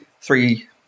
three